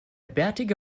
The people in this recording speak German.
bärtige